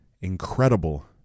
incredible